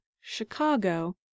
Chicago